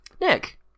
Nick